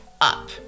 up